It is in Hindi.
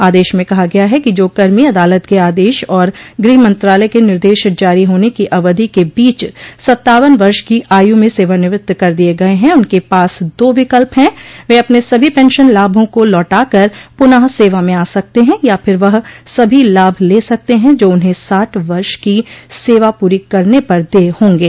आदेश में कहा गया है कि जो कर्मी अदालत के आदेश और गृह मंत्रालय के निर्देश जारी होने की अवधि के बीच सत्तावन वर्ष की आयू में सेवानिवृत्त कर दिये गये हैं उनके पास दो विकल्प है वे अपने सभी पेंशन लाभों को लौटा कर पुनः सेवा में आ सकते हैं या फिर वह सभी लाभ ले सकते हैं जो उन्हें साठ वर्ष की सेवा पूरी करने पर देय होगे